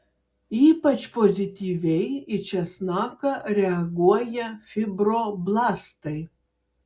ypač pozityviai į česnaką reaguoja fibroblastai